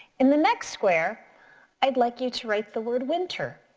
in the next square i'd like you to write the word winter.